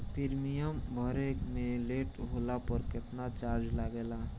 Premium भरे मे late होला पर केतना चार्ज लागेला?